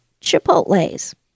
Chipotle's